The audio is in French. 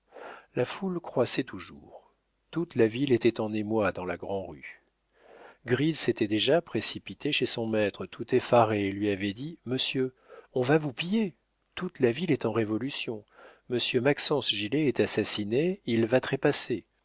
la foule croissait toujours toute la ville était en émoi dans la grand'rue gritte s'était déjà précipitée chez son maître tout effarée et lui avait dit monsieur on va vous piller toute la ville est en révolution monsieur maxence gilet est assassiné il va trépasser